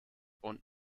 und